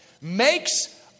makes